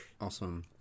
Awesome